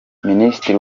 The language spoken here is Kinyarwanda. minisitiri